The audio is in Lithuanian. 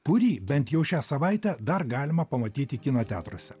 kurį bent jau šią savaitę dar galima pamatyti kino teatruose